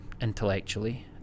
intellectually